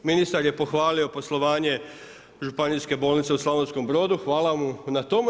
Ministar je pohvalio poslovanje županijske bolnice u Slavonskom Brodu hvala mu na tomu.